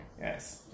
yes